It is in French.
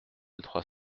trois